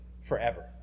forever